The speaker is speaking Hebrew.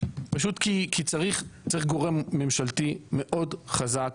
כי צריך גורם ממשלתי מאוד חזק